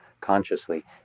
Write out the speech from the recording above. consciously